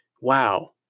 wow